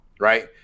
Right